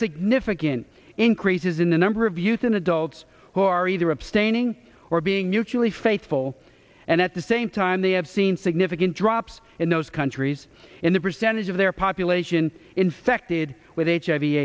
significant increases in the number of youth and adults who are either abstaining or being mutually faithful and at the same time they have seen significant drops in those countries in the percentage of their population infected with h